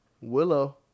Willow